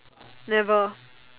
never